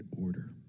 order